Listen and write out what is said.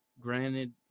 granted